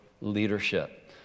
leadership